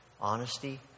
honesty